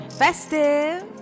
festive